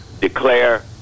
declare